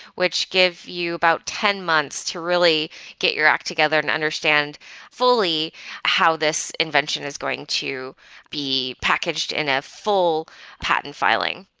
which give you about ten months to really get your act together and understand fully how this invention is going to be packaged in a full patent filing.